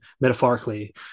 metaphorically